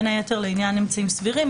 בין היתר לעניין "אמצעים סבירים",